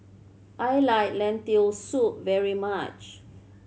I like Lentil Soup very much